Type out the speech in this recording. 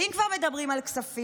ואם כבר מדברים על כספים,